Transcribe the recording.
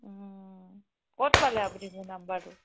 ক'ত পালে আপুনি মোৰ নাম্বাৰটো